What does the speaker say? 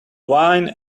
wine